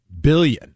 billion